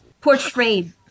portrayed